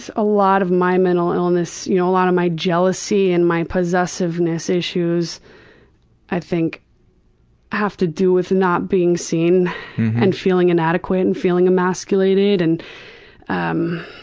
so a lot of my mental illness, you know a lot of my jealousy and my possessiveness issues i think have to do with not being seen and feeling inadequate and feeling emasculated. and um